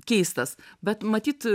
keistas bet matyt